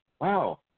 wow